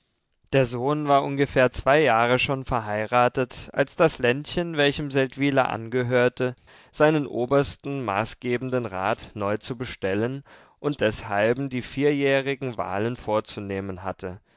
der sohn war ungefähr zwei jahre schon verheiratet als das ländchen welchem seldwyla angehörte seinen obersten maßgebenden rat neu zu bestellen und deshalben die vierjährigen wahlen vorzunehmen hatte